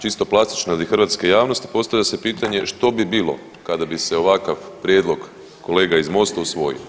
Čisto plastično radi hrvatske javnosti postavlja se pitanje što bi bilo kada bi se ovakav prijedlog kolega iz MOST-a usvojio.